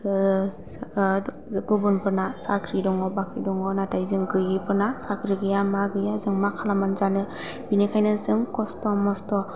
सात गुबुनफोरना साख्रि दङ बाख्रि दङ नाथाय जों गैयैफोरना साख्रि गैया मा गैया जों मा खालामनानै जानो बिनिखायनो जों खस्थ' मस्थ'